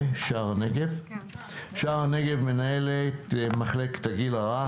שער הנגב, מנהלת מחלקת הגיל הרך.